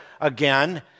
again